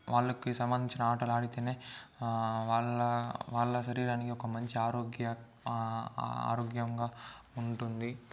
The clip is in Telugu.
వాళ్ళకి సంబంధించిన ఆటలాడితేనే వాళ్ళ వాళ్ళ శరీరానికి ఒక మంచి ఆరోగ్య ఆరోగ్యంగా ఉంటుంది